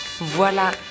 Voilà